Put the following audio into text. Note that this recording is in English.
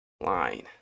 line